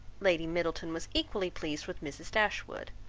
lady middleton was equally pleased with mrs. dashwood.